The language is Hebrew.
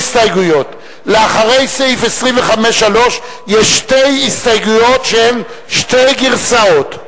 לאחרי סעיף 25(3) יש שתי הסתייגויות שהן שתי גרסאות.